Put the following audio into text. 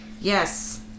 yes